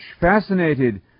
fascinated